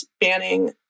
banning